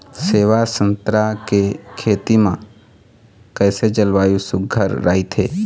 सेवा संतरा के खेती बर कइसे जलवायु सुघ्घर राईथे?